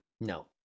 No